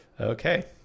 okay